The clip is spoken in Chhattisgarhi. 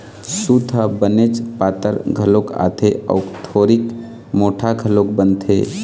सूत ह बनेच पातर घलोक आथे अउ थोरिक मोठ्ठा घलोक बनथे